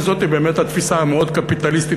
וזאת באמת התפיסה המאוד-קפיטליסטית,